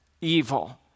evil